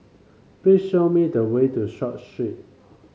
please show me the way to Short Street